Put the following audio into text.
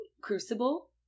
Crucible